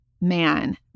man